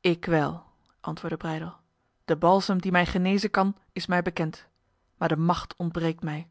ik wel antwoordde breydel de balsem die mij genezen kan is mij bekend maar de macht ontbreekt mij